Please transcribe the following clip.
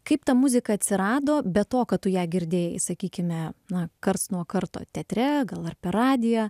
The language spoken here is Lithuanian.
kaip ta muzika atsirado be to kad tu ją girdėjai sakykime na karts nuo karto teatre gal ir per radiją